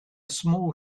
small